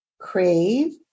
Crave